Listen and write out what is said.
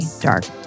dark